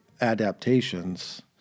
adaptations